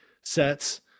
sets